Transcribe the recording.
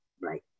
right